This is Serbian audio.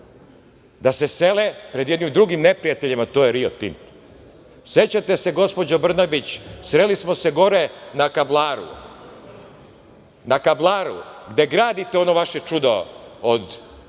da se sele pred jednim drugim neprijateljem, a to je „Rio Tinto“.Sećate se, gospođo Brnabić, sreli smo se gore na Kablaru, na Kablaru gde gradite ono vaše čudo od